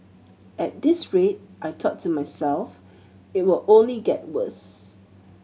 at this rate I thought to myself it will only get worse